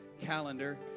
calendar